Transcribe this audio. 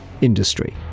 industry